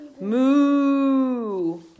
Moo